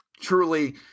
Truly